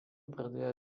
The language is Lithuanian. pradėjo